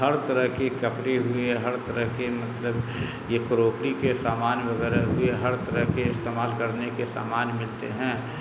ہر طرح کے کپڑے ہوئے ہر طرح کے مطلب یہ کروکری کے سامان وغیرہ ہوئے ہر طرح کے استعمال کرنے کے سامان ملتے ہیں